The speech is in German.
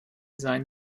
seinen